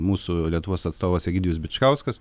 mūsų lietuvos atstovas egidijus bičkauskas